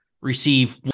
Receive